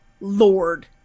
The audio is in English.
Lord